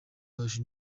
cash